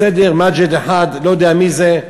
בסדר, מאג'ד אחד, לא יודע מי זה.